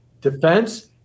defense